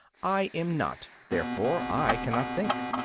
i am not therefore i cannot think.